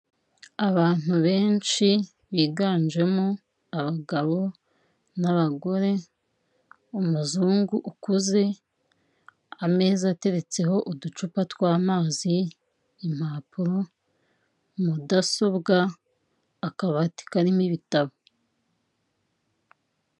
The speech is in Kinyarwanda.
Abantu benshi biganjemo abagabo n'abagore, umuzungu ukuze, ameza ateretseho uducupa tw'amazi, impapuro, mudasobwa, akabati karimo ibitabo.